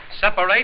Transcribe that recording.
Separate